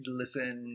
listen